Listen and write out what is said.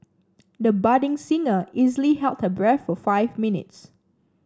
the budding singer easily held her breath for five minutes